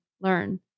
learn